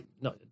no